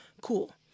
cool